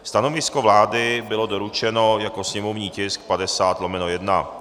Stanovisko vlády bylo doručeno jako sněmovní tisk 50/1.